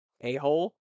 a-hole